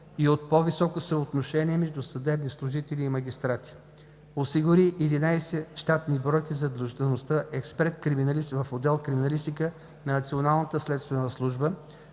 и от по-високо съотношение между съдебни служители и магистрати; - осигури 11 щатни бройки за длъжността „експерт криминалист“ в отдел „Криминалистика“ на